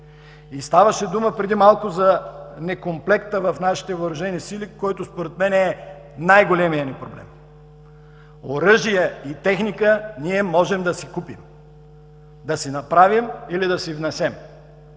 Ставаше дума преди малко за некомплекта в нашите въоръжени сили, който според мен е най-големият ни проблем. Оръжия и техника ние можем да си купим, да си направим или да си внесем,